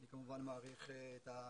אני כמובן מעריך את העבודה,